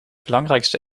belangrijkste